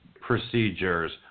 procedures –